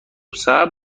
صبر